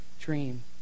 dream